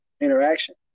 interaction